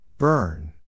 Burn